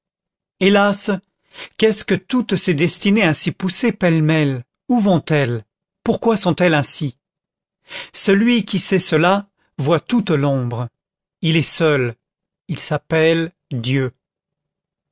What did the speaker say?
hélas qu'est-ce que toutes ces destinées ainsi poussées pêle-mêle où vont elles pourquoi sont-elles ainsi celui qui sait cela voit toute l'ombre il est seul il s'appelle dieu